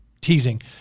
teasing